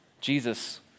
Jesus